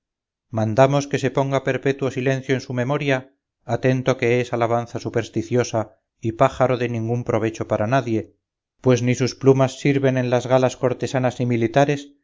mandamos que se ponga perpetuo silencio en su memoria atento que es alabanza supersticiosa y pájaro de ningún provecho para nadie pues ni sus plumas sirven en las galas cortesanas ni militares